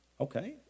Okay